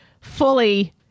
fully